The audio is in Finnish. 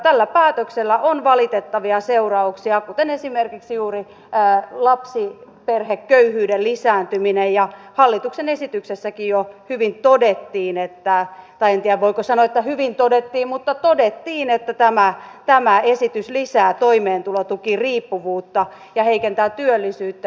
tällä päätöksellä on valitettavia seurauksia kuten esimerkiksi juuri lapsiperheköyhyyden lisääntyminen ja hallituksen esityksessäkin jo hyvin todettiin tai en tiedä voiko sanoa että hyvin todettiin mutta todettiin että tämä esitys lisää toimeentulotukiriippuvuutta ja heikentää työllisyyttä